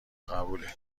قبوله